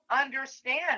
understand